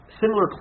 similar